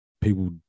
people